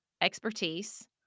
expertise